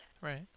Right